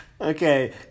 okay